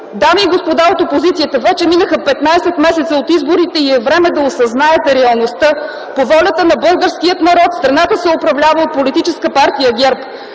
Дами и господа от опозицията, вече изминаха петнадесет месеца от изборите и е време да осъзнаете реалността. По волята на българския народ страната се управлява от Политическа партия ГЕРБ.